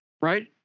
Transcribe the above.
right